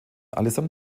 allesamt